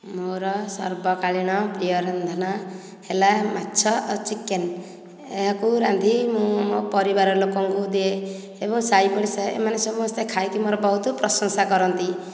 ମୋର ସର୍ବକାଳୀନ ପ୍ରିୟ ରାନ୍ଧଣା ହେଲା ମାଛ ଆଉ ଚିକେନ୍ ଏହାକୁ ରାନ୍ଧି ମୁଁ ମୋ ପରିବାର ଲୋକଙ୍କୁ ଦିଏ ଏବଂ ସାହି ପଡିଶା ଏମାନେ ସମସ୍ତେ ଖାଇକି ମୋର ବହୁତ ପ୍ରଶଂସା କରନ୍ତି